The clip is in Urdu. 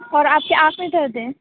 اور آپ کے آنکھ میں درد ہے